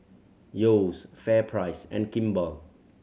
Yeo's FairPrice and Kimball